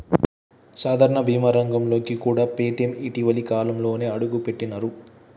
సాధారణ బీమా రంగంలోకి కూడా పేటీఎం ఇటీవలి కాలంలోనే అడుగుపెట్టినరు